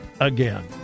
again